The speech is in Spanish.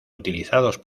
utilizados